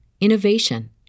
innovation